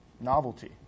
novelty